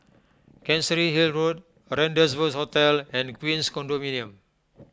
Chancery Hill Road Rendezvous Hotel and Queens Condominium